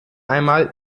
einmal